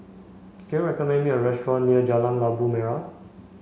can you recommend me a restaurant near Jalan Labu Merah